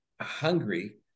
hungry